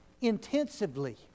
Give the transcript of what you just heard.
intensively